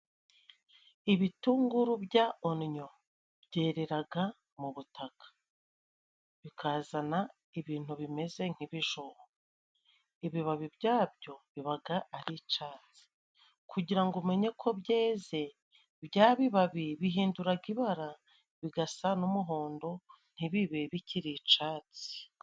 Ibitunguru bya onnyo byereraga mu butaka. Bikazana ibintu bimeze nk'ibijumba. Ibibabi byabyo bibaga ari icatsi. kugira ngo umenye ko byeze bya bibabi bihinduraga ibara bigasa n'umuhondo, ntibibe bikiri icatsi.